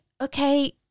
okay